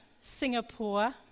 Singapore